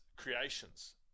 creations